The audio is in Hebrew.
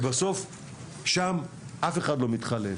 ובסוף שם אף אחד לא מתחלף.